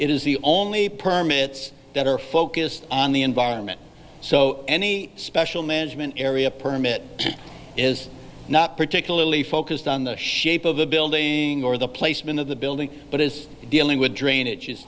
is the only permits that are focused on the environment so any special management area permit is not particularly focused on the shape of the building or the placement of the building but is dealing with drainage i